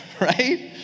Right